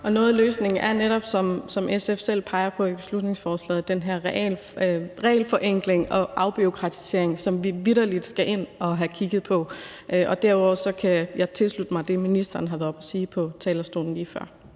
Noget af løsningen er netop, som SF selv peger på i beslutningsforslaget, den her regelforenkling og afbureaukratisering, som vi vitterlig skal ind og have kigget på. Og derudover kan jeg tilslutte mig det, ministeren var oppe at sige på talerstolen lige før.